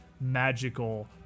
magical